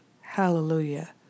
Hallelujah